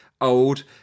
old